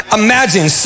imagine